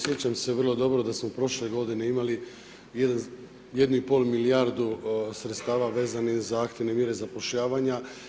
Sjećam se vrlo dobro da smo prošle godine imali 1 i pol milijardu sredstava vezanih za aktivne mjere zapošljavanje.